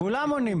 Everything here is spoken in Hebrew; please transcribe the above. כולם עונים פה.